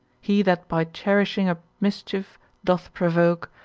he that by cherishing a mischief doth provoke,